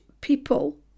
people